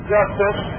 Justice